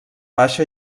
baixa